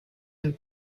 have